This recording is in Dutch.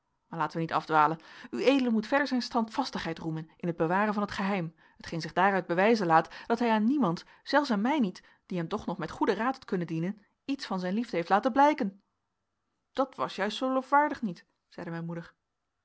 maar laten wij niet afdwalen ued moet verder zijn standvastigheid roemen in het bewaren van t geheim t geen zich daaruit bewijzen laat dat hij aan niemand zelfs aan mij niet die hem toch nog met goeden raad had kunnen dienen iets van zijne liefde heeft laten blijken dat was juist zoo lofwaardig niet zeide mijn moeder